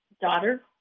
daughter